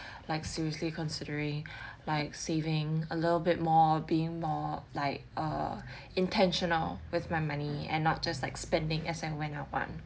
like seriously considering like saving a little bit more being more like err intentional with my money and not just like spending as I went up one